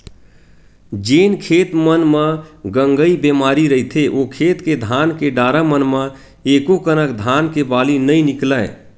जेन खेत मन म गंगई बेमारी रहिथे ओ खेत के धान के डारा मन म एकोकनक धान के बाली नइ निकलय